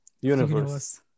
universe